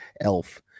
elf